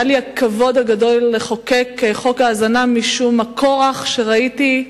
היה לי הכבוד הגדול לחוקק את חוק ההזנה משום הכורח שראיתי,